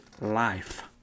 life